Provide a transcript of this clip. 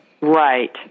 Right